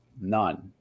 None